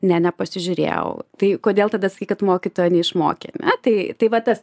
ne nepasižiūrėjau tai kodėl tada sakei kad mokytoja neišmokė ne tai tai va tas